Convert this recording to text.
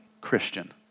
Christian